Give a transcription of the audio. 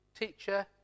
teacher